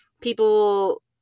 people